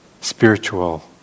spiritual